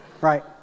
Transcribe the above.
Right